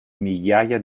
migliaia